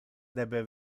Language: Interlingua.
debe